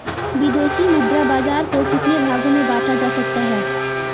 विदेशी मुद्रा बाजार को कितने भागों में बांटा जा सकता है?